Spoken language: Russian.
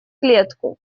клетку